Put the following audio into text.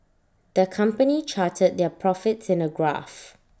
the company charted their profits in A graph